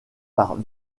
par